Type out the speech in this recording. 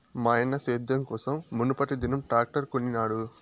మాయన్న సేద్యం కోసం మునుపటిదినం ట్రాక్టర్ కొనినాడు